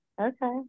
Okay